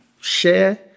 share